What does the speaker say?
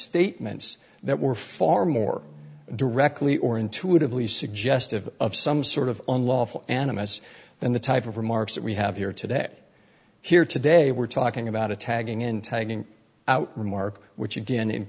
statements that were far more directly or intuitively suggestive of some sort of unlawful animus than the type of remarks that we have here today here today we're talking about a tagging in tagging out remark which again in